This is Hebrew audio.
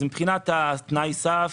מבחינת תנאי הסף,